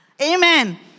Amen